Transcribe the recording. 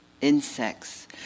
insects